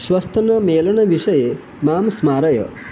श्वस्तनमेलनविषये मां स्मारय